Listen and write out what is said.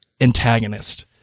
antagonist